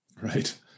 Right